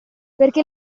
perché